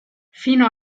fino